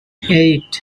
eight